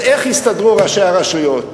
אז איך יסתדרו ראשי הרשויות?